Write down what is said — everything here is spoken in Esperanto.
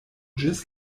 ĝis